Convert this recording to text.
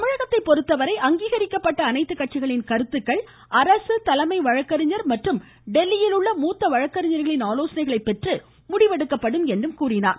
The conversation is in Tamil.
தமிழகத்தை பொறுத்தவரை அங்கீகரிக்கப்பட்ட அனைத்து கட்சிகளின் கருத்துக்கள் அரசு தலைமை வழக்கறிஞர் மற்றும் டெல்லியில் உள்ள மூத்த வழக்கறிஞர்களின் ஆலோசனைகளை பெற்று முடிவெடுக்கப்படும் என்றார்